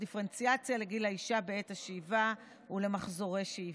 דיפרנציאציה לגיל האישה בעת השאיבה ולמחזורי שאיבה.